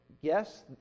yes